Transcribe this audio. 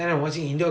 mm